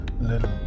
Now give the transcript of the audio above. little